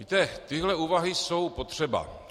Víte, tyhle úvahy jsou potřeba.